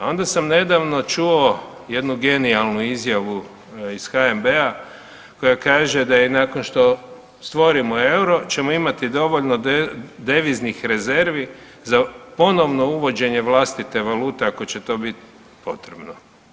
A onda sam nedavno čuo jednu genijalnu izjavu iz HNB-a koja kaže da i nakon što stvorimo EUR-o ćemo imati dovoljno deviznih rezervi za ponovno uvođenje vlastite valute ako će to biti potrebno.